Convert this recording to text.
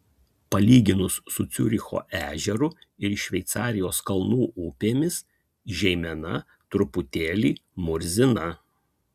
palyginus su ciuricho ežeru ir šveicarijos kalnų upėmis žeimena truputėlį murzina